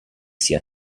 sia